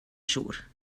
siŵr